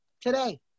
Today